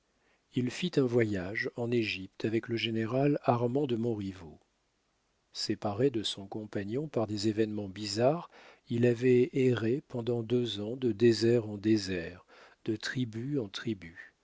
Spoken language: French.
il fit un voyage en égypte avec le général armand de montriveau séparé de son compagnon par des événements bizarres il avait erré pendant deux ans de désert en désert de tribu en tribu